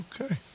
Okay